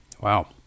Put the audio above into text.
Wow